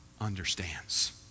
understands